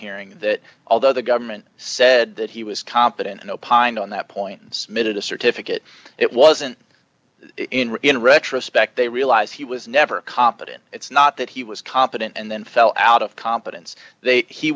hearing that although the government said that he was competent and opined on that point submitted a certificate it wasn't in retrospect they realize he was never competent it's not that he was competent and then fell out of competence they he